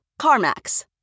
CarMax